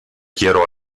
quiero